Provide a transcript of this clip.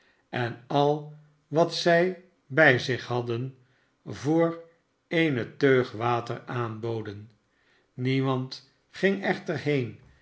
en al wat zij bij zich hadden voor eene teug water aanboden niemand ging echter heen